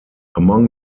among